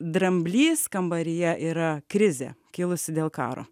dramblys kambaryje yra krizė kilusi dėl karo